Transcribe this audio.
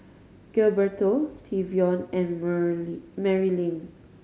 Gilberto Trevion and Marylyn